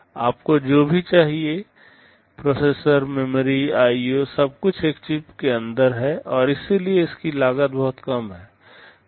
आपको जो भी चाहिए प्रोसेसर मेमोरी आईओ सब कुछ एक चिप के अंदर है और इसलिए इसकी लागत बहुत कम है